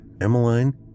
Emmeline